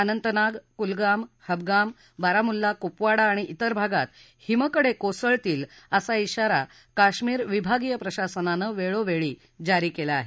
अनंतनाग कुलगाम हबगाम बारामुल्ला कुपवाडा आणि इतर भागात हिमकडे कोसळतील असा इशारा काश्मीर विभागीय प्रशासनानं वेळोवेळी जारी केला आहे